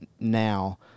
now